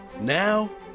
Now